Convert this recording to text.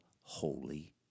Holy